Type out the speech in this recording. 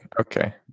okay